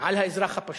על האזרח הפשוט.